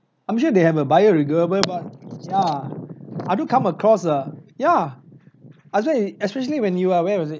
I'm sure they have a biodegradable [one] ya I do come across a ya especially especially when you are where was it